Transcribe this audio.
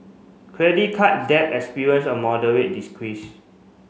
credit card debt experience a moderate